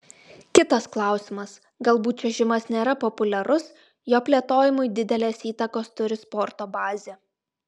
kitas klausimas galbūt čiuožimas nėra populiarus jo plėtojimui didelės įtakos turi sporto bazė